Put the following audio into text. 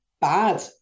bad